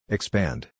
Expand